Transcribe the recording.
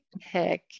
pick